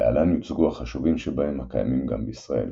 להלן יוצגו החשובים שבהם, הקיימים גם בישראל.